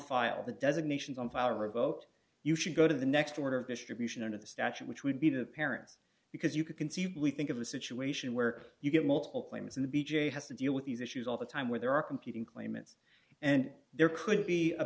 file the designations on file revoked you should go to the next order of distribution of the statute which would be the parents because you could conceivably think of a situation where you get multiple claims and b j has to deal with these issues all the time where there are competing claimants and there could be